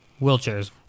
Wheelchairs